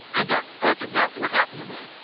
and and that's exactly what happened to me.